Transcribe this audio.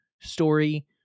story